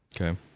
Okay